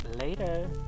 later